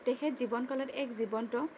তেখেত জীৱন কালত এক জীৱন্ত